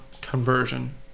conversion